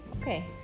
Okay